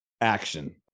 action